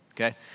Okay